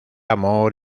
amor